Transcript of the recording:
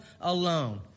alone